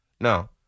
No